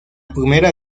primera